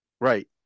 Right